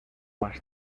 más